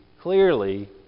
clearly